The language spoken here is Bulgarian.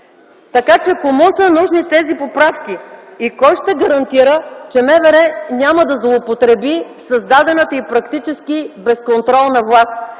Така че кому са нужни тези поправки и кой ще гарантира, че МВР няма да злоупотреби с дадената й практически безконтролна власт?